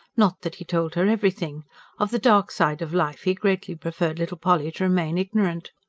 not that he told her everything of the dark side of life he greatly preferred little polly to remain ignorant.